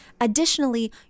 Additionally